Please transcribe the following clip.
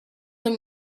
them